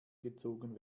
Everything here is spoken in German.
gezogen